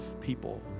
people